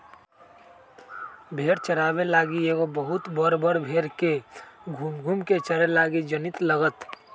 भेड़ा चाराबे लागी एगो बहुत बड़ भेड़ के घुम घुम् कें चरे लागी जमिन्न लागत